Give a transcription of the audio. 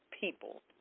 people